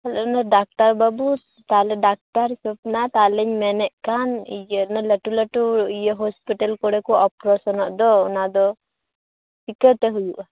doctor ᱵᱟ ᱵᱩ ᱛᱟᱦᱚᱞᱮ ᱰᱟᱠᱛᱟᱨ ᱥᱚᱯᱱᱟ ᱛᱟᱦᱚᱞᱮᱧ ᱢᱮᱱᱮᱫ ᱠᱟᱱ ᱤᱭᱟ ᱚᱱᱟ ᱞᱟ ᱴᱩ ᱞᱟ ᱴᱩ ᱤᱭᱟ ᱦᱚᱥᱯᱤᱴᱟᱞ ᱠᱚᱨᱮ ᱠᱚ ᱚᱯᱟᱨᱮᱥᱚᱱᱚᱜ ᱫᱚ ᱚᱱᱟᱫᱚ ᱪᱤᱠᱟ ᱛᱮ ᱦᱩᱭᱩᱜ ᱟ